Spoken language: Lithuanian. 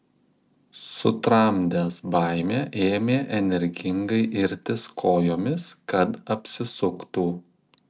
sutramdęs baimę ėmė energingai irtis kojomis kad apsisuktų